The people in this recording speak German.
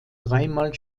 dreimal